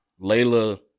Layla